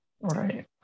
right